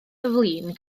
flin